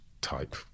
type